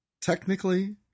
technically